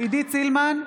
עידית סילמן,